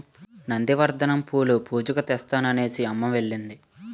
నంది వర్ధనం పూలు పూజకి తెత్తాను అనేసిఅమ్మ ఎల్లింది